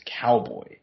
Cowboy